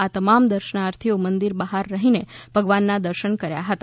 આ તમામ દર્શનાર્થીઓ મંદિર બહાર રહીને ભગવાનના દર્શન કર્યા હતા